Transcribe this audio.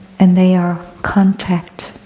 and they are, contact,